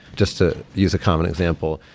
just to use a common example,